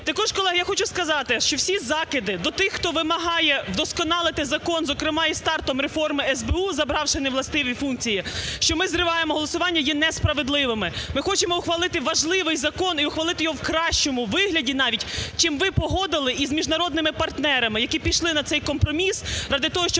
Також, колеги, всі закиди до тих, хто вимагає вдосконалити закон, зокрема із стартом реформи СБУ, забравши невластиві функції, що ми зриваємо голосування, є не справедливими. Ми хочемо ухвалити важливий закон і ухвалити його в кращому вигляді навіть, чим ви погодили з міжнародними партнерами, які пішли на цей компроміс ради того, щоб